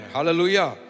Hallelujah